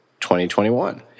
2021